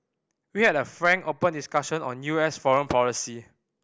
we had a frank open discussion on U S foreign policy